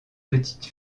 petite